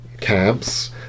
camps